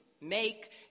make